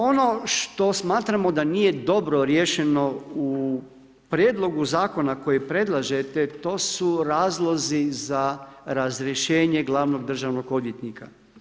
Ono što smatramo da nije dobro riješeno u Prijedlogu zakona koji predlažete, to su razlozi za razrješenje glavnog državnog odvjetnika.